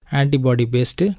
antibody-based